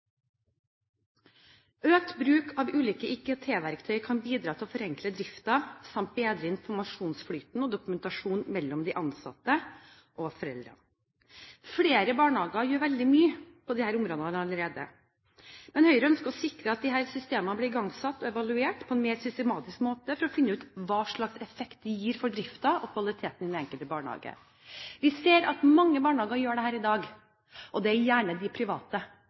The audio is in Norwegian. Økt bruk av ulike IKT-verktøy kan bidra til å forenkle driften samt bedre informasjonsplikten og dokumentasjonen mellom de ansatte og foreldrene. Flere barnehager gjør veldig mye på disse områdene allerede, men Høyre ønsker å sikre at disse systemene blir igangsatt og evaluert på en mer systematisk måte for å finne ut hva slags effekt de gir for driften og kvaliteten i den enkelte barnehage. Vi ser at mange barnehager gjør dette i dag, og det er gjerne de private.